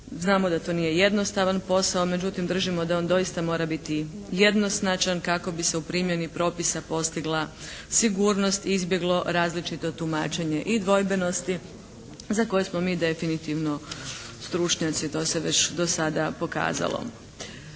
Znamo da to nije jednostavan posao, međutim držimo da on doista mora biti jednoznačan kako bi se u primjeni propisa postigla sigurnost i izbjeglo različito tumačenje i dvojbenosti za koje smo mi definitivno stručnjaci, to se već do sada pokazalo.